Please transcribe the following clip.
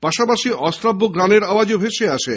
পাশাপাশি অশ্রাব্য গানের আওয়াজও ভেসে আসে